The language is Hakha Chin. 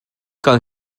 kai